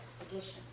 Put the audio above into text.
expedition